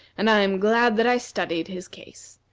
and i am glad that i studied his case.